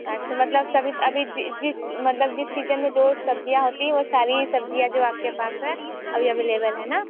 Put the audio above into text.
अच्छा मतलब अभी जिस मतलब जिस सीजन मे जो सब्ज़ियाँ होती है वो सारी सब्ज़ियाँ जो आप के पास है अभी अवेलेबल है ना